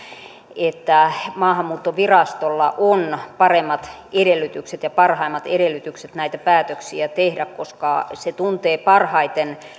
että maahanmuuttovirastolla on paremmat edellytykset ja parhaimmat edellytykset näitä päätöksiä tehdä koska se tuntee parhaiten